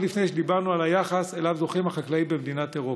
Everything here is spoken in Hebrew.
עוד לפני שדיברנו על היחס שזוכים לו החקלאים במדינות אירופה.